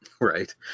right